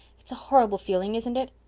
it's horrible feeling, isn't it?